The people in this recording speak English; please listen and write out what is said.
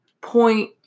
point